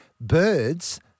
birds